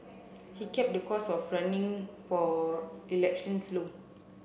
he kept the cost of running for elections low